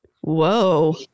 Whoa